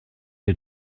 les